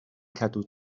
cadw